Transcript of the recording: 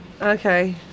Okay